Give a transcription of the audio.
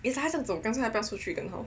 is like 他这种不要出去更好